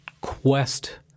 quest